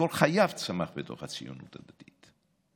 שכל חייו צמח בתוך הציונות הדתית.